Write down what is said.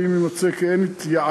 ואם יימצא כי אין התייעלות,